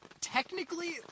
technically